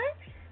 okay